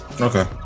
Okay